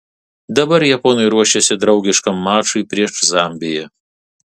dabar japonai ruošiasi draugiškam mačui prieš zambiją